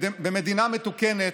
במדינה מתוקנת,